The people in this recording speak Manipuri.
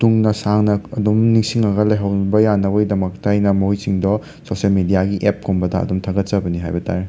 ꯇꯨꯡꯗ ꯁꯥꯡꯅ ꯑꯗꯨꯝ ꯅꯤꯡꯁꯤꯡꯉꯒ ꯂꯩꯍꯧꯕ ꯌꯥꯅꯕꯒꯤꯗꯃꯛꯇ ꯑꯩꯅ ꯃꯣꯏꯁꯤꯡꯗꯣ ꯁꯣꯁꯦꯜ ꯃꯦꯗꯤꯌꯥꯒꯤ ꯑꯦꯞꯀꯨꯝꯕꯗ ꯑꯗꯨꯝ ꯊꯥꯒꯠꯆꯕꯅꯤ ꯍꯥꯏꯕ ꯇꯥꯔꯦ